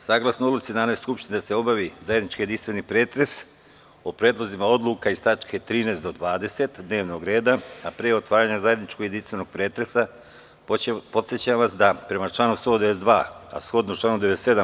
Saglasno Odluci Narodne skupštine da se obavi zajednički jedinstveni pretres o predlozima odluka iz tačke 13. do 20 dnevnog reda, a pre otvaranja zajedničkog jedinstvenog pretresa, podsećam vas da prema članu 192, a shodno članu 97.